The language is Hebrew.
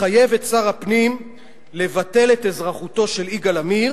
לחייב את שר הפנים לבטל את אזרחותו של יגאל עמיר